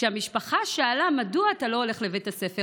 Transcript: כשהמשפחה שאלה: מדוע אתה לא הולך לבית הספר?